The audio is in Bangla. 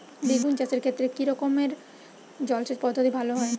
বেগুন চাষের ক্ষেত্রে কি রকমের জলসেচ পদ্ধতি ভালো হয়?